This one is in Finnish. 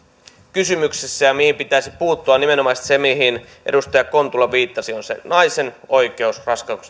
kysymyksessä ja mihin pitäisi puuttua on nimenomaisesti se mihin edustaja kontula viittasi naisen oikeus